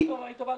היא טובה לנו.